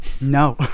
No